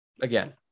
Again